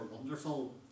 wonderful